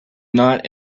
not